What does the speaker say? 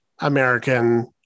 American